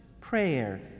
prayer